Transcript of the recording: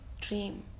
dream